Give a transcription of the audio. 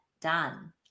done